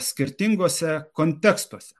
skirtinguose kontekstuose